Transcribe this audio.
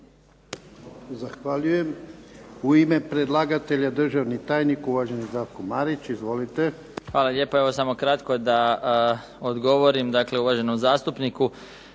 Zahvaljujem. U ime predlagatelja državni tajnik, uvaženi Zdravko Marić. Izvolite. **Marić, Zdravko** Hvala lijepa. Evo samo kratko da odgovorim dakle uvaženom zastupniku